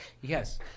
Yes